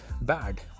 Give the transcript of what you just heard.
bad